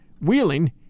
Wheeling